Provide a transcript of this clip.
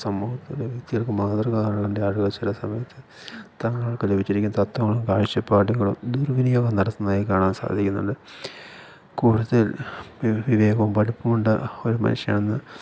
സമൂഹത്തിലെ വ്യക്തികൾക്ക് മാതൃകയാകേണ്ട ആളുകൾ ചില സമയത്ത് തങ്ങൾക്ക് ലഭിച്ചിരിക്കുന്ന തത്വങ്ങളും കാഴ്ചപ്പാടുകളും ദുർവിനിയോഗം നടത്തുന്നതായി കാണാൻ സാധിക്കുന്നുണ്ട് കൂടുതൽ വിവേകവും പഠിപ്പുമുണ്ട് ഒരു മനുഷ്യനെന്ന്